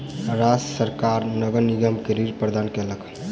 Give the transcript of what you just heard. राज्य सरकार नगर निगम के ऋण प्रदान केलक